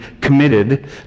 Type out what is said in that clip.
committed